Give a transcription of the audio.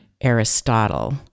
Aristotle